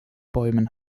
bäumen